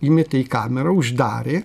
įmetė į kamerą uždarė